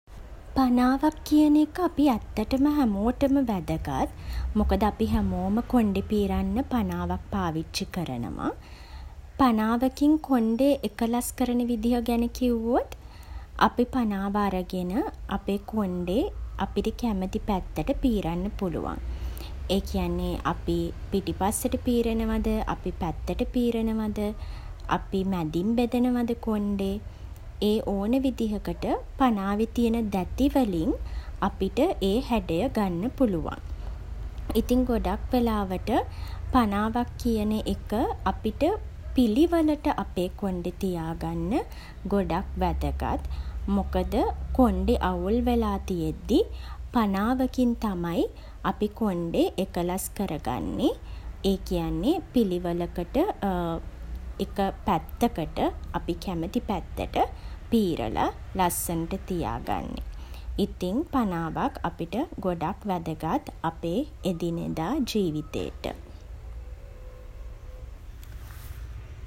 පනාවක් කියන එක අපි ඇත්තටම හැමෝටම වැදගත්. මොකද අපි හැමෝම කොණ්ඩෙ පීරන්න පනාවක් පාවිච්චි කරනවා. පනාවකින් කොණ්ඩෙ එකලස් කරන විදිහ ගැන කිව්වොත්, අපි පනාව අරගෙන, අපේ කොණ්ඩෙ අපිට කැමති පැත්තට පීරන්න පුළුවන්. ඒ කියන්නේ අපි පිටිපස්සට පීරනවද, අපි පැත්තට පීරනවද, අපි මැදින් බෙදනවද කොණ්ඩෙ, ඒ ඕන විදිහකට පනාවෙ තියන දැති වලින් අපිට ඒ හැඩය ගන්න පුළුවන්. ඉතින් ගොඩක් වෙලාවට පනාවක් කියන එක අපිට පිළිවෙලට අපේ කොණ්ඩෙ තියාගන්න ගොඩක් වැදගත්. මොකද කොණ්ඩෙ අවුල් වෙලා තියෙද්දි පනාවකින් තමයි අපි කොන්ඩේ එකලස් කරගන්නේ. ඒ කියන්නේ පිළිවෙලකට එක පැත්තකට, අපි කැමති පැත්තට පීරලා, ලස්සනට තියාගන්නෙ. ඉතින් පනාවක් අපිට ගොඩක් වැදගත් අපේ එදිනෙදා ජීවිතේට.